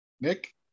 nick